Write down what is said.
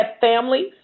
families